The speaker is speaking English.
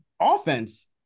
offense